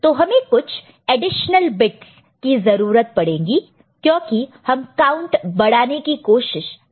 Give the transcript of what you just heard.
तो हमें कुछ एडिशनल बिट्स की जरूरत पड़ेगी क्योंकि हम काउंट बढ़ाने की कोशिश कर रहे हैं